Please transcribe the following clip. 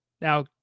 Now